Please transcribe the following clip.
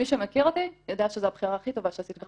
מי שמכיר אותי, יודע שזו הבחירה הכי טובה שעשיתי.